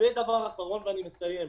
ודבר אחרון, ואני מסיים.